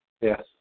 Yes